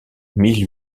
mille